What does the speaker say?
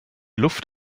luft